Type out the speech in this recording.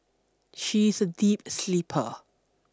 she's a deep sleeper